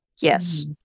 Yes